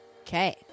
Okay